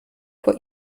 vor